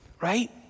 Right